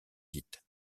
dite